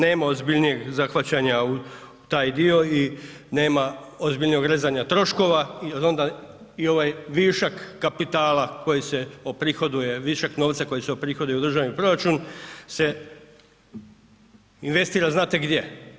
Nema ozbiljnijeg zahvaćanja u taj dio i nema ozbiljnog rezanja troškova i onda ovaj višak kapitala koji se oprihoduje, višak novca koji se oprihoduje u državni proračun se investira znate gdje?